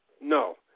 no